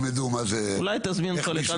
אולי תזמין אותו לכאן?